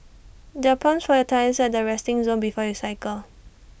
there're pumps for your tyres at the resting zone before you cycle